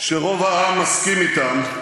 שרוב העם מסכים אתם,